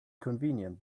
convenient